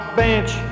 bench